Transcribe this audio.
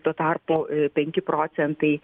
tuo tarpu penki procentai